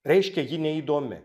reiškia ji neįdomi